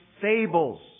fables